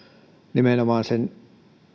nimenomaan sen